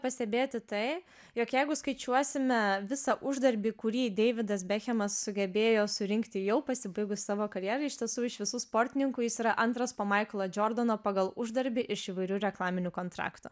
pastebėti tai jog jeigu skaičiuosime visą uždarbį kurį deividas bekhemas sugebėjo surinkti jau pasibaigus savo karjerai iš tiesų iš visų sportininkų jis yra antras po maiklo džordano pagal uždarbį iš įvairių reklaminių kontraktų